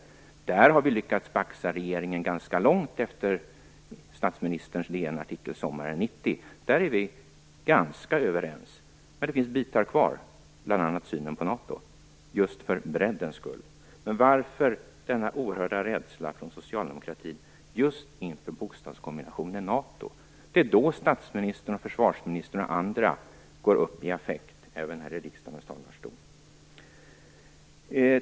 Vi har därvidlag lyckats baxa regeringen ganska långt efter statsministerns DN-artikel sommaren 1990. På den punkten är vi ganska överens, men det finns just när det gäller bredden bitar kvar, bl.a. synen på NATO. Varför denna oerhörda rädsla från socialdemokratin just inför bokstavskombinationen NATO? Det är när det gäller den som statsministern, försvarsministern och andra går upp i affekt bl.a. här i riksdagens talarstol.